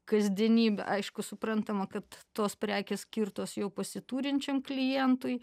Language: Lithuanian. kasdienybė aišku suprantama kaip tos prekės skirtos jau pasiturinčiam klientui